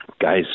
Guys